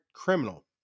criminal